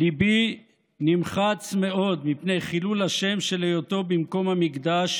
" ליבי נחמץ מאוד מפני חילול השם של היות במקום המקדש